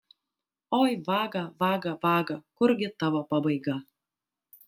oi vaga vaga vaga kurgi tavo pabaiga